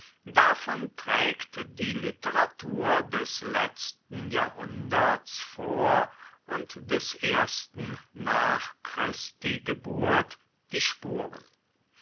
davon trägt die literatur des letzten jahrhunderts vor und des ersten nach christi geburt die spuren